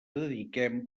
dediquem